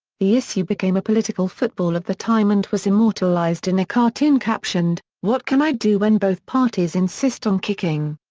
the issue became a political football of the time and was immortalized in a cartoon captioned what can i do when both parties insist on kicking?